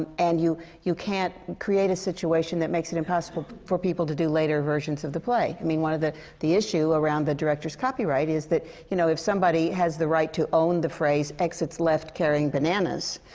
um and you you can't create a situation that makes it impossible for people to do later versions of the play. i mean, one of the the issue around the director's copyright is that you know, if somebody has the right to own the phrase, exits left, carrying bananas,